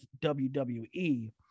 wwe